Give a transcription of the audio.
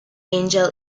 angel